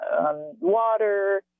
water